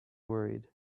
worried